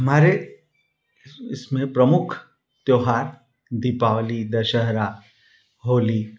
हमारे इसमें प्रमुख त्योहार दीपावली दशहरा होली